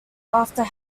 after